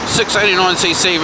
689cc